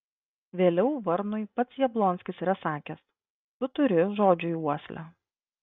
vėliau varnui pats jablonskis yra sakęs tu turi žodžiui uoslę